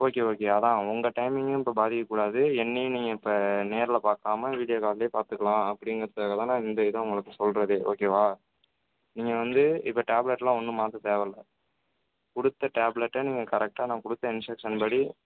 okay okay அதான் உங்கள் டைமிங்கும் இப்போ பாதிக்கக்கூடாது என்னையும் நீங்கள் இப்போ நேரில் பார்க்காம வீடியோ கால்லையே பார்த்துக்கலாம் அப்படிங்கிறதுக்காகதான் நான் இந்த இதை உங்களுக்கு சொல்லுறதே ஓகேவா நீங்கள் வந்து இப்போ டேப்லெட்லாம் ஒன்றும் மாற்ற தேவைல்ல கொடுத்த டேப்லெட்ட நீங்கள் கரெக்ட்டாக நான் கொடுத்த இன்ஸ்ட்ரக்ஷன் படி